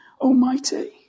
Almighty